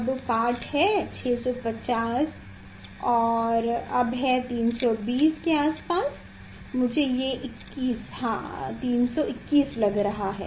अब पाठ है 650 और अब है 320 के आस पास मुझे ये 21 321 लग रहा है